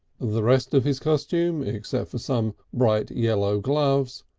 the rest of his costume, except for some bright yellow gloves,